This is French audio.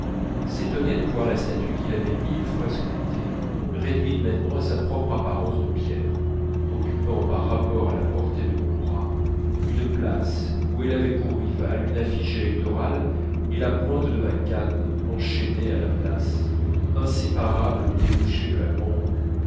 s'étonnait de voir la statue qu'il avait mille fois sculptée réduite maintenant à sa propre apparence de pierre occupant par rapport à la portée de mon bras une place où elle avait pour rivales une affiche électorale et la pointe de ma canne enchaînée à la place inséparable du débouché de la grand'rue